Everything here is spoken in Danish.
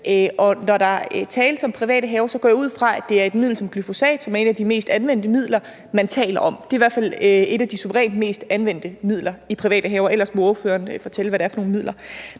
Når der tales om private haver, går jeg ud fra, at det er et middel som glyfosat – som er et af de mest anvendte midler – man taler om. Det er i hvert fald et af de suverænt mest anvendte midler i private haver. Ellers må ordføreren fortælle, hvad det er for nogle midler.